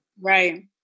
Right